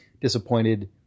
disappointed